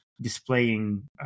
displaying